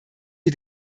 wir